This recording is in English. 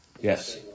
yes